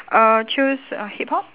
uh choose uh hip hop